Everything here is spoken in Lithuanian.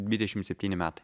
dvidešimt septyni metai